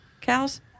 cows